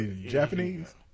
Japanese